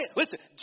Listen